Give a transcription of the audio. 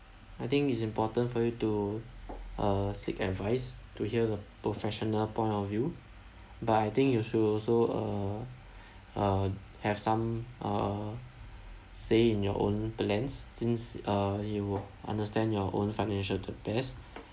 I think it's important for you to uh seek advice to hear the professional point of view but I think you should also uh uh have some uh say in your own plans since uh you would understand your own financial the best